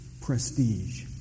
prestige